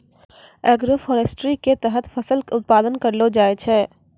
agroforestry के तहत फसल उत्पादन करलो जाय छै